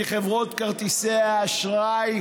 כי חברות כרטיסי האשראי,